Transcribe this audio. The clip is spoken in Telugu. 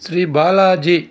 శ్రీ బాలాజీ